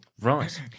right